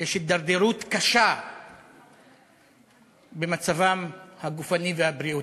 יש הידרדרות קשה במצבם הגופני והבריאותי.